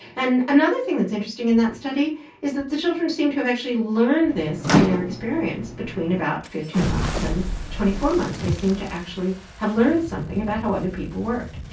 and another thing that's interesting in that study is that the children seem to have actually learned this in their experience between about fifteen months and twenty four months, they seem to actually have learned something about how other people work.